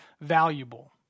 valuable